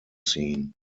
seen